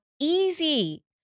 easy